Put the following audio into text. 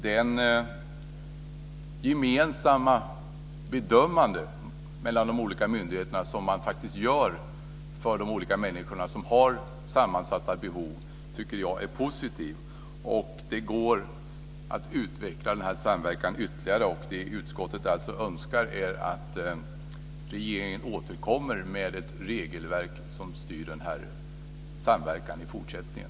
Det gemensamma bedömande mellan de olika myndigheterna som man faktiskt gör för de människor som har sammansatta behov är positivt. Det går att utveckla denna samverkan ytterligare. Det utskottet önskar är att regeringen återkommer med ett förslag till ett regelverk som styr den här samverkan i fortsättningen.